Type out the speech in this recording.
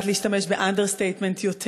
להשתמש קצת יותר באנדרסטייטמנט.